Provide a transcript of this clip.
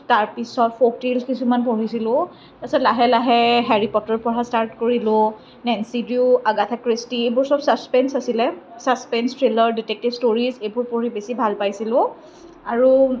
তাৰ পিছত ফকটেল কিছুমান পঢ়িছিলোঁ তাৰ পিছত লাহে লাহে হেৰী পটাৰ পঢ়া ষ্টাৰ্ট কৰিলোঁ নেনচী ডিঅ' আগাথা ক্ৰিষ্টি এইবোৰ চব চাছপেন্স আছিলে চাছপেন্স থ্ৰীলাৰ ডিটেকটিভ ষ্টৰীজ এইবোৰ পঢ়ি বেছি ভাল পাইছিলোঁ আৰু